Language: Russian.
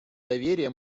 доверия